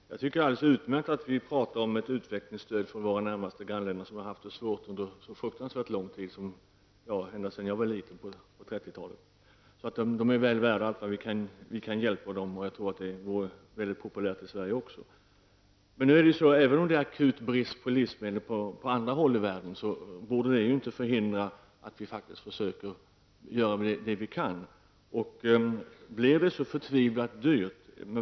Herr talman! Jag tycker att det är alldeles utmärkt att vi talar om ett utvecklingsstöd för våra närmaste grannländer, som har haft så svårt under så fruktansvärt lång tid -- ja, ända sedan jag var liten på 1930-talet. De är väl värda allt vi kan hjälpa dem med, och jag tror att det är väldigt populärt i Sverige att hjälpa. Att det är akut brist på livsmedel på andra håll i världen borde inte hindra att vi faktiskt försöker göra det vi kan. Blir det så förtvivlat dyrt?